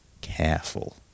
careful